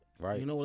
Right